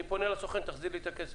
אני פונה לסוכן שיחזיר לי את הכסף.